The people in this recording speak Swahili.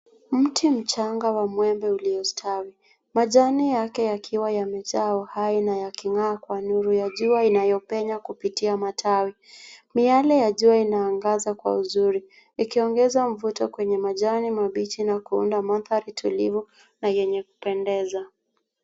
Mti mchanga wa mwembe ulio stawi. Majani yake yakiwa yamejaa uhai na yakingaa, kwa nuru ya jua inayo penya kupitia matawi. Miale ya jua inaangaza kwa uzuri, ikiongeza mvuto kwenye majani mabichi na kuunda mandhari tulivu na yenye kupendeza.